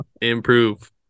improve